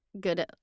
Good